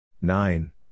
Nine